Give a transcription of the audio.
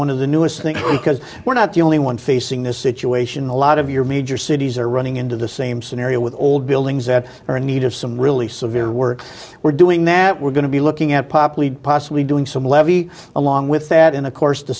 one of the newest thing because we're not the only one facing this situation a lot of your major cities are running into the same scenario with old buildings that are in need of some really severe work we're doing that we're going to be looking at popley possibly doing some levee along with that in the course t